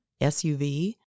SUV